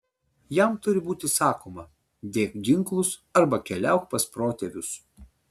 jam turi būti sakoma dėk ginklus arba keliauk pas protėvius